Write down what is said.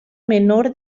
menor